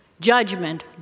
Judgment